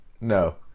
No